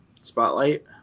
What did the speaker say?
spotlight